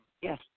Yes